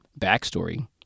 backstory